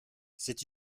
c’est